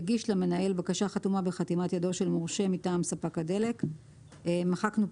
יגיש למנהל בקשה חתומה בחתימת ידו של מורשה מטעם ספק הדלק על גבי